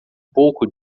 pouco